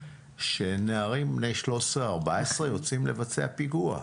שנערים בני 13-14 יוצאים לבצע פיגוע,